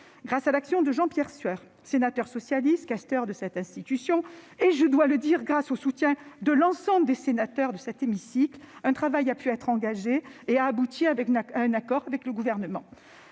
Grâce à l'action de Jean-Pierre Sueur, sénateur socialiste et questeur de cette institution, et, je dois le dire, grâce au soutien de l'ensemble de cette assemblée, un travail a pu être engagé, qui a abouti à un accord avec le Gouvernement.